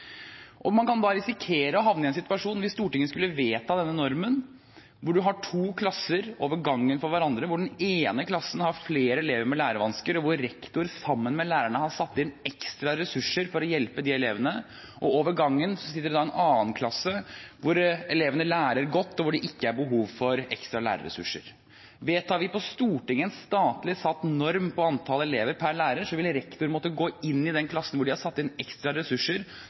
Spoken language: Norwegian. ikke. Man kan da risikere å havne i en situasjon – hvis Stortinget skulle vedta denne normen – hvor man har to klasser over gangen for hverandre, hvor den ene klassen har flere elever med lærevansker, og hvor rektor, sammen med lærerne, har satt inn ekstra ressurser for å hjelpe de elevene, og hvor elevene i den andre klassen lærer godt og det ikke er behov for ekstra lærerressurser. Hvis vi på Stortinget vedtar en statlig satt norm på antallet elever per lærer, vil rektor måtte gå inn i den klassen hvor man har satt inn ekstra ressurser,